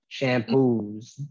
shampoos